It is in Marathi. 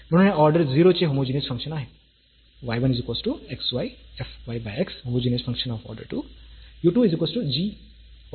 म्हणून हे ऑर्डर 0 चे होमोजीनियस फंक्शन आहे